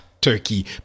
Turkey